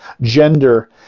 gender